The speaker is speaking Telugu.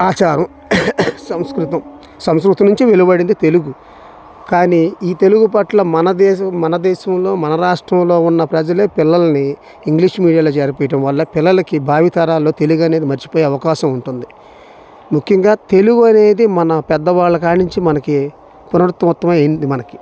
ఆచారం సంస్కృతం సంస్కృతం నుంచి వెలువడింది తెలుగు కానీ ఈ తెలుగు పట్ల మన దేశం మన దేశంలో మన రాష్ట్రంలో ఉన్న ప్రజలే పిల్లల్ని ఇంగ్లీష్ మీడియంలో చేర్పించటం వల్ల పిల్లలకి భావితరాల్లో తెలుగు అనేది మర్చిపోయే అవకాశం ఉంటుంది ముఖ్యంగా తెలుగు అనేది మన పెద్దవాళ్ళ కాడి నుంచి మనకి పునరావృతం అయ్యింది మనకి